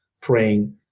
praying